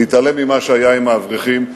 להתעלם ממה שהיה עם האברכים,